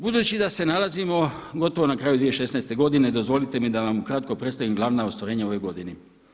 Budući da se nalazimo gotovo na kraju 2016. godine dozvolite mi da vam ukratko predstavim glavna ostvarenja u ovoj godini.